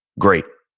great.